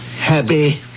Happy